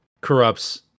corrupts